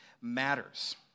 matters